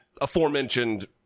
aforementioned